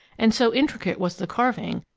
and so intricate was the carving,